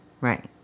Right